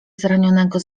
zranionego